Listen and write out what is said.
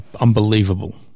unbelievable